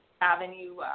avenue